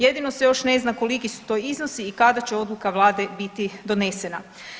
Jedino se još ne zna koliki su to iznosi i kada će odluka Vlade biti donesena.